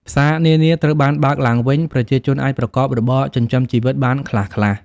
ផ្សារនានាត្រូវបានបើកឡើងវិញ ប្រជាជនអាចប្រកបរបរចិញ្ចឹមជីវិតបានខ្លះៗ។